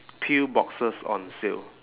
pill boxes on sale